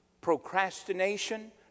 procrastination